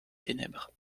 ténèbres